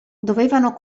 dovevano